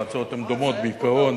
ההצעות דומות בעיקרון,